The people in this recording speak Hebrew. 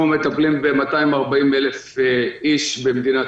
אנחנו מטפלים ב-240,000 איש במדינת